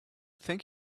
thank